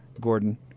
Gordon